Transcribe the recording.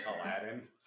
Aladdin